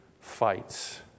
fights